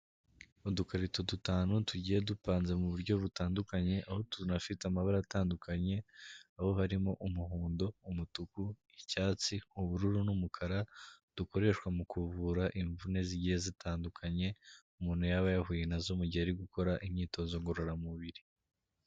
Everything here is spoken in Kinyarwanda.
Udukarito dutanu, tugiye dupanze mu buryo butandukanye, aho tunafite amabara atandukanye, aho harimo umuhondo, umutuku, icyatsi, ubururu n'umukara, dukoreshwa mu kuvura imvune zigiye zitandukanye, umuntu yaba yahuye nazo mu gihe ari gukora, imyitozo ngororamubiri.